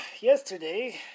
yesterday